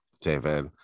David